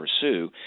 pursue